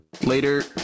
Later